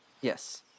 Yes